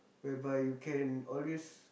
whereby you can always